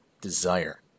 desire